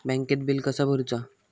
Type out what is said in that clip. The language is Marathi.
बँकेत बिल कसा भरुचा?